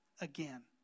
Again